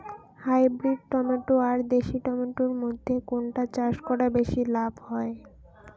Hybrid tomato আর দেশি tomato এর মইধ্যে কোনটা চাষ করা বেশি লাভ হয়?